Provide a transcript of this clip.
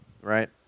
right